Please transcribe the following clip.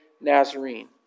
Nazarene